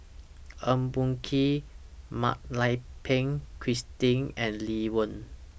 Eng Boh Kee Mak Lai Peng Christine and Lee Wen